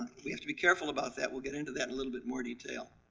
we have to be careful about that. we'll get into that a little bit more detail.